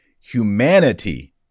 humanity